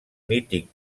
mític